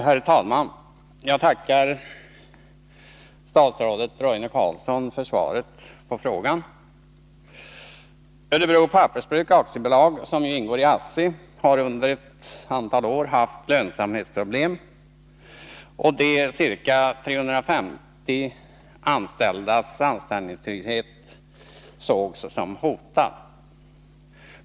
Herr talman! Jag tackar statsrådet Roine Carlsson för svaret på min fråga. Örebro Pappersbruk AB, som ju ingår i ASSI, har under ett antal år haft lönsamhetsproblem, och de ca 350 anställdas anställningstrygghet har därför ansetts vara hotad.